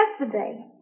yesterday